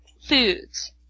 foods